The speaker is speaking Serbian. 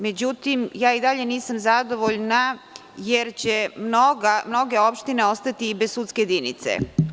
Međutim, nisam zadovoljna jer će mnoge opštine ostati bez sudske jedinice.